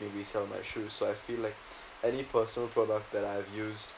maybe sell my shoes so I feel like any personal product that I've used